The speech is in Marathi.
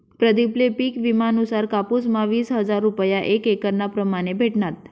प्रदीप ले पिक विमा नुसार कापुस म्हा वीस हजार रूपया एक एकरना प्रमाणे भेटनात